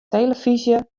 telefyzje